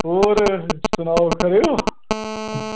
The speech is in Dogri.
होर सनाओ खरे ओ